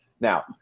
Now